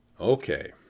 Okay